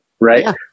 right